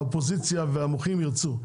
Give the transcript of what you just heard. האופוזיציה והמוחים ירצו.